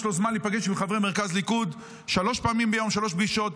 יש לו זמן להיפגש עם חברי מרכז ליכוד שלוש פעמים ביום שלוש פגישות,